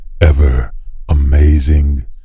ever-amazing